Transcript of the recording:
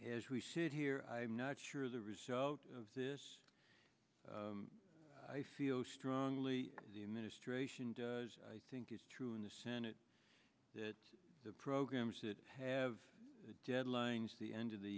as we sit here i'm not sure as a result of this i feel strongly the administration does think it's true in the senate that the programs that have deadlines the end of the